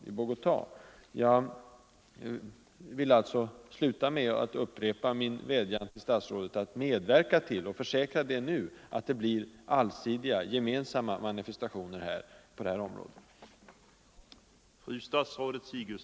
3isktöber ida Jag vill alltså sluta mitt anförande med att upprepa min vädjan till stats==== I rådet om att medverka till — och försäkra detta nu! — att det blir allsidiga — Ang. förberedelser